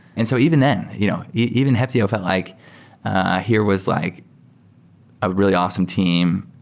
and so even then, you know even heptio felt like here was like a really awesome team,